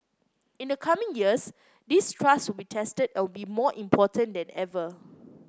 in the coming years this trust will be tested and will be more important than ever